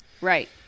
Right